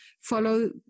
follow